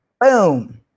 boom